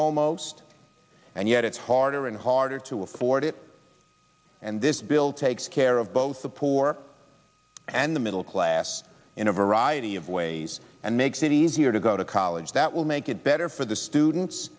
almost and yet it's harder and harder to afford it and this bill takes care of both the poor and the middle class in a variety of ways and makes it easier to go to college that will make it better for the students